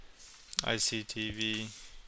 ICTV